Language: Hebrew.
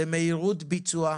מהירות ביצוע,